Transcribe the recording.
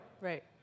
Right